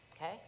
Okay